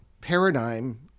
paradigm